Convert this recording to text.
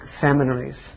seminaries